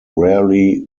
rarely